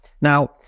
now